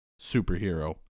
superhero